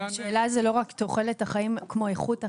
השאלה היא לא רק תוחלת החיים, כמו איכות החיים.